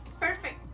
perfect